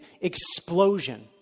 explosion